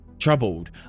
Troubled